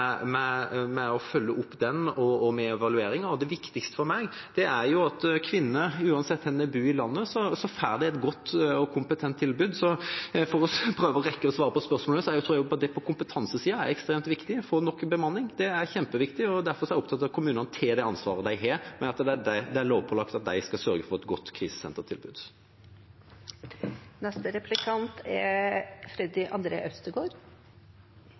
Det viktigste for meg er at kvinnene, uansett hvor de bor i landet, får et godt og kompetent tilbud. For å prøve å rekke å svare på spørsmålet: Jeg tror kompetanse er ekstremt viktig, og å få nok bemanning. Det er kjempeviktig, og derfor er jeg opptatt av at kommunene tar det ansvaret de har, i og med at det er lovpålagt at de skal sørge for et godt krisesentertilbud. Det er